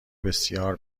بسیار